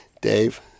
Dave